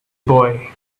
boy